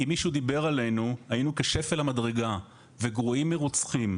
אם מישהו דיבר עלינו היינו כשפל המדרגה וגרועים מרוצחים.